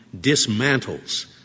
dismantles